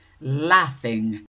laughing